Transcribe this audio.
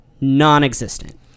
non-existent